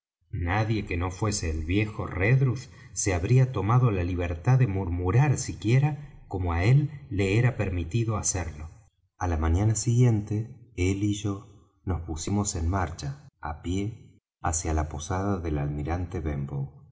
nadie que no fuese el viejo redruth se habría tomado la libertad de murmurar siquiera como á él le era permitido hacerlo á la mañana siguiente él y yo nos pusimos en marcha á pie hacia la posada del almirante benbow